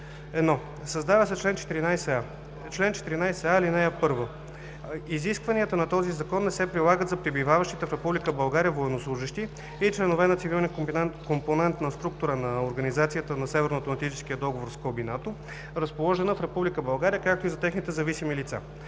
1. Създава се чл. 14а: „Чл. 14а. (1) Изискванията на този закон не се прилагат за пребиваващите в Република България военнослужещи и членове на цивилния компонент на структура на Организацията на Северноатлантическия договор (НАТО), разположена в Република България, както и за техните зависими лица.